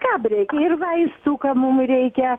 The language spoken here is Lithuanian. kam reikia ir vaistų kam mum reikia